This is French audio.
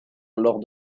lors